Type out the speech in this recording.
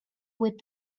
would